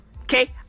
Okay